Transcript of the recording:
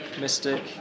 Mystic